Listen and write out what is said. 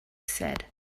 said